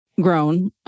grown